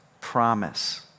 promise